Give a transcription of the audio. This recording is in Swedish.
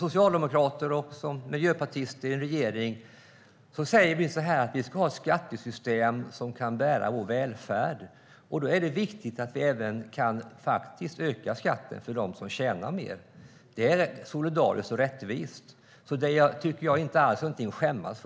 Socialdemokraterna och Miljöpartiet i regeringen säger att vi ska ha ett skattesystem som kan bära vår välfärd. Det är viktigt att vi även kan öka skatten för dem som tjänar mer. Det är solidariskt och rättvist. Det är inte något att skämmas